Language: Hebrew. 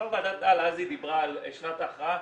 ועדת טל אז דיברה על שנת ההכרעה,